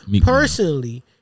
Personally